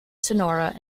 sonora